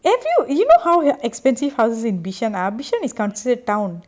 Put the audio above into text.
have you you know how expensive houses in bishan are bishan is considered town